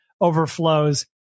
overflows